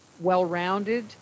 well-rounded